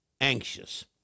anxious